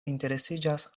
interesiĝas